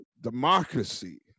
democracy